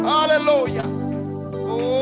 Hallelujah